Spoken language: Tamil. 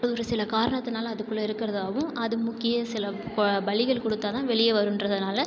ஒரு சில காரணத்தினால அதுக்குள்ளே இருக்கிறதாவும் அது முக்கிய சில ப பலிகள் கொடுத்தா தான் வெளியே வருன்றதனால